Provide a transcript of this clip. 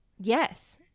Yes